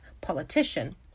politician